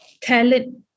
talent